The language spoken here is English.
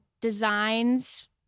designs